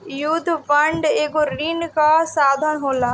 युद्ध बांड एगो ऋण कअ साधन होला